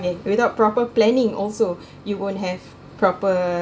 and without proper planning also you won't have proper